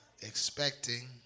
expecting